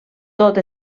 tot